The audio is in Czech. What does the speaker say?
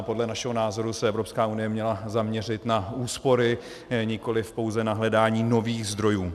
Podle našeho názoru se Evropská unie měla zaměřit na úspory, nikoliv pouze na hledání nových zdrojů.